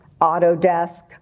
Autodesk